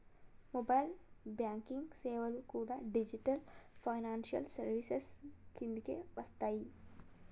mobile banking సేవలు కూడా digital financial services కిందకే వస్తయ్యి